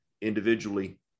individually